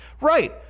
Right